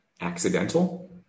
accidental